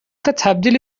تبدیل